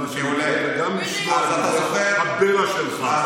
וגם לשמוע את דברי הבלע שלך.